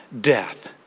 death